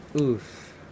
Oof